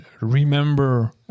remember